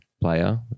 player